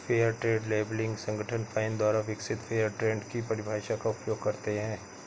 fair trade labelling संगठन FINE द्वारा विकसित फेयर ट्रेड की परिभाषा का उपयोग करते हैं